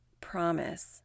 promise